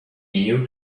knew